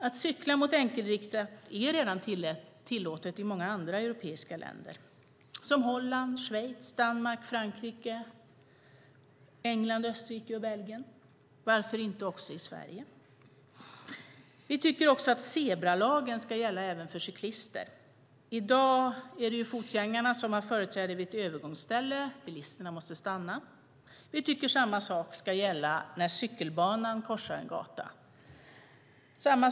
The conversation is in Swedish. Att cykla mot enkelriktat är redan tillåtet i många andra europeiska länder som Holland, Schweiz, Danmark, Frankrike, England, Österrike och Belgien. Varför inte också i Sverige? Vi tycker att zebralagen ska gälla även för cyklister. I dag har fotgängarna företräde vid ett övergångsställe; bilisterna måste stanna. Vi tycker att samma sak ska gälla när en cykelbana korsar en gata.